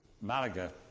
Malaga